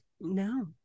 No